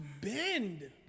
bend